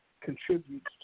Contributes